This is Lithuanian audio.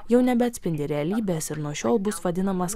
jau nebeatspindi realybės ir nuo šiol bus vadinamas